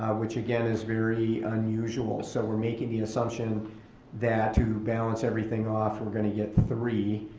which again is very unusual, so we're making the assumption that to balance everything off we're gonna get three.